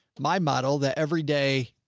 my model, that every day.